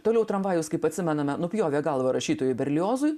toliau tramvajaus kaip atsimename nupjovė galvą rašytojui berliozui